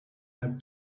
i’ve